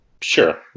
sure